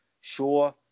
Sure